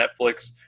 Netflix